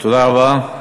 תודה רבה.